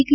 T